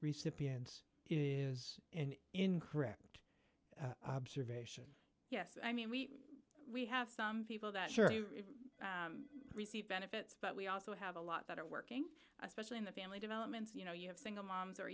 recipients is in encrypt observation yes i mean we we have some people that receive benefits but we also have a lot that are working especially in the family developments you know you have single moms or